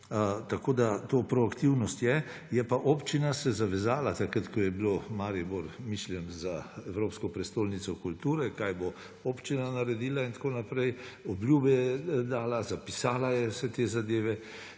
Tako ta proaktivnost je. Je pa občina se zavezala takrat, ko je bilo Maribor mišljen za evropsko prestolnico kulture, kaj bo občina naredila in tako naprej, obljube je dala, zapisala je vse te zadeve,